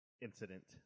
incident